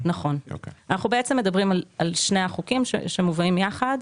אנחנו מדברים על שני החוקים שמובאים יחד,